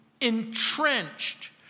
entrenched